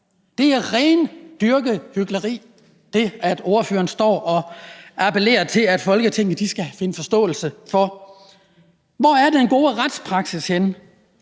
Det er rendyrket hykleri, at ordføreren står og appellerer til, at Folketinget skal finde forståelse for det. Hvor er den gode retspraksis henne?